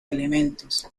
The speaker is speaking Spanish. elementos